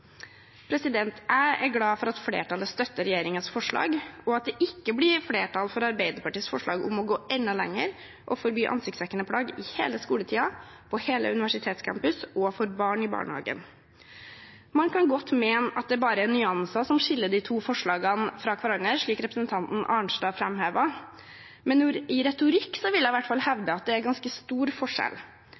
Jeg er glad for at flertallet støtter regjeringens forslag, og at det ikke blir flertall for Arbeiderpartiets forslag om å gå enda lenger og forby ansiktsdekkende plagg i hele skoletiden, på hele universitetscampus og for barn i barnehagen. Man kan godt mene at det bare er nyanser som skiller de to forslagene fra hverandre, slik representanten Arnstad framhevet, men jeg vil i hvert fall hevde at det er ganske stor forskjell